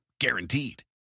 Guaranteed